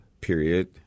period